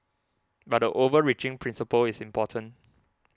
but the overreaching principle is important